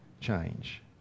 change